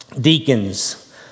Deacons